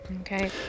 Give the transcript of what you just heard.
Okay